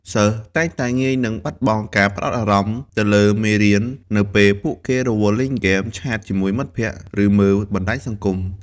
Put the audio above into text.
សិស្សតែងតែងាយនឹងបាត់បង់ការផ្តោតអារម្មណ៍ទៅលើមេរៀន នៅពេលពួកគេរវល់លេងហ្គេម ឆាតជាមួយមិត្តភក្តិ ឬមើលបណ្ដាញសង្គម។